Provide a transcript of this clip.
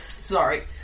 Sorry